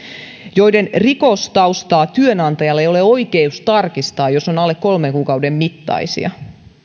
joiden rikostaustaa työnantajalla ei ole oikeus tarkistaa jos sijaisuudet ovat alle kolmen kuukauden mittaisia